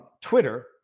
Twitter